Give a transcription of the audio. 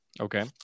Okay